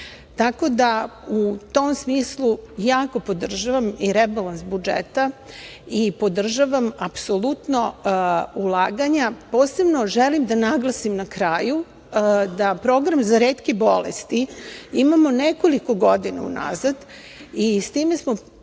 Tako da, u tom smislu jako podržavam i rebalans budžeta i podržavam apsolutno ulaganja. Posebno želim da naglasim na kraju da program za retke za bolesti imamo nekoliko godina unazad i s time smo